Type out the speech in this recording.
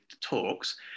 talks